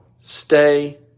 stay